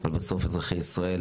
אבל בסוף אזרחי ישראל